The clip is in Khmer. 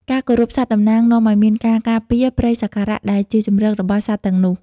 ការគោរពសត្វតំណាងនាំឱ្យមានការការពារ "ព្រៃសក្ការៈ" ដែលជាជម្រករបស់សត្វទាំងនោះ។